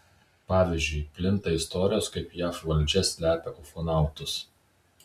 pavyzdžiui plinta istorijos kaip jav valdžia slepia ufonautus